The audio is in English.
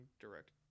direct